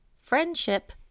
friendship